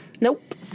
Nope